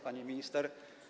Pani Minister!